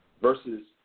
versus